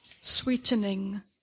sweetening